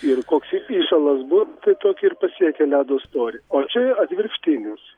ir koks jis įšalas bus tai tokį ir pasiekia ledo storį o čia atvirkštinis